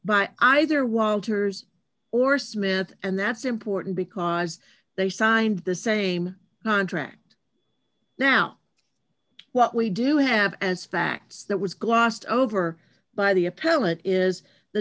by either walters or smith and that's important because they signed the same contract now what we do have as facts that was glossed over by the appellate is the